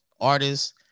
artists